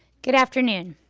good afternoon,